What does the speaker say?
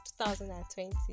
2020